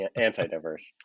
anti-diverse